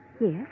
Yes